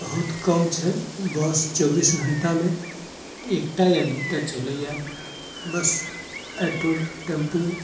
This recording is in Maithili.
बहुत कम छै बस चौबीस घण्टामे एकटा या दुटा चलैया बस ऑटो टेम्पू